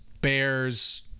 Bears